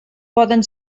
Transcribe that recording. poden